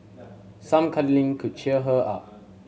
some cuddling could cheer her up